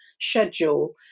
schedule